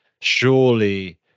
surely